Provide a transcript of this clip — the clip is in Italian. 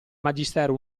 magistero